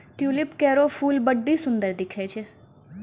tulip केरो फूल बड्डी सुंदर दिखै छै